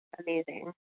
amazing